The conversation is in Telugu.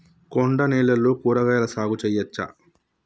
కొండ నేలల్లో కూరగాయల సాగు చేయచ్చా?